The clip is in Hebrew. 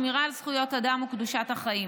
שמירה על זכויות אדם וקדושת החיים.